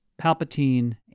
Palpatine